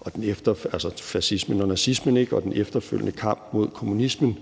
og den efterfølgende kamp mod kommunismen,